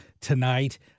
tonight